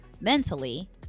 mentally